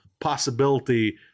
possibility